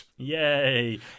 Yay